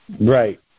Right